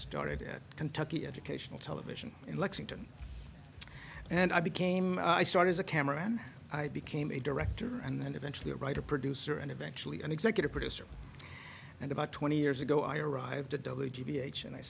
started at kentucky educational television in lexington and i became i started as a camera and i became a director and then eventually a writer producer and eventually an executive producer and about twenty years ago i arrived to dilute g b h and i